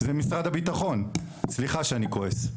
זה משרד הביטחון, סליחה שאני כועס,